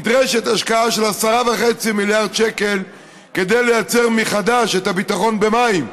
נדרשת השקעה של 10.5 מיליארד שקל כדי לייצר מחדש את הביטחון במים,